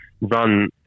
run